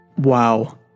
Wow